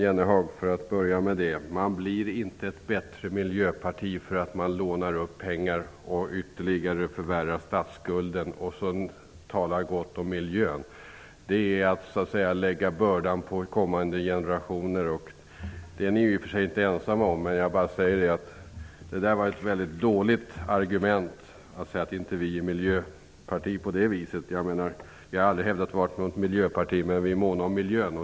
Herr talman! Man blir inte ett bättre miljöparti för att man lånar upp pengar och ytterligare förvärrar statsskulden och sedan talar gott om miljön, Jan Jennehag. Det är att lägga bördan på kommande generationer. Det är ni i Vänsterpartiet i och för sig inte ensamma om. Det var ett mycket dåligt argument att säga att Ny demokrati på det sättet inte är ett miljöparti. Ny demokrati har heller aldrig varit ett miljöparti, men vi är måna om miljön.